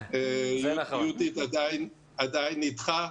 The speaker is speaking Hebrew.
יהודית עדיין אתך.